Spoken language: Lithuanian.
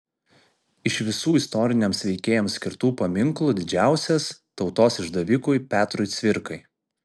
iš visų istoriniams veikėjams skirtų paminklų didžiausias tautos išdavikui petrui cvirkai